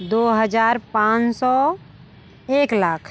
दो हजार पाँच सौ एक लाख